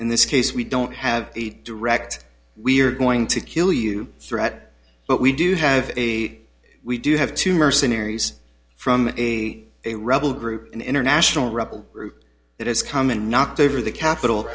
in this case we don't have a direct we're going to kill you threat but we do have a we do have to mercenaries from a a rebel group an international rebel group that has come and knocked over the capital